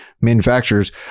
manufacturers